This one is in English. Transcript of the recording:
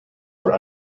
were